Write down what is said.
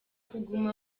kuguma